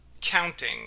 counting